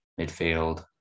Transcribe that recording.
midfield